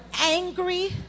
angry